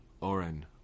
Oren